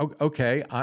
okay